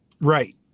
Right